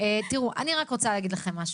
תראו, אני רק רוצה להגיד לכם משהו,